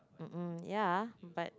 mmhmm yeah but